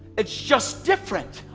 it's just different.